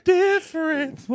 difference